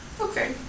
Okay